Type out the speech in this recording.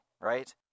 right